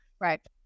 Right